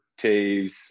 Taves